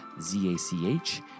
Z-A-C-H